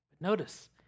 Notice